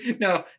no